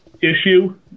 issue